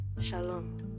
Shalom